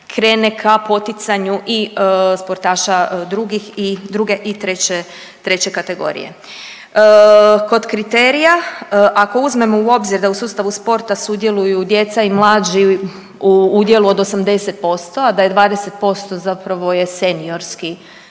krene ka poticanju i sportaša drugih i druge i treće, treće kategorije. Kod kriterija ako uzmemo u obzir da u sustavu sporta sudjeluju djeca i mlađi u udjelu od 80%, a da je 20% zapravo je seniorski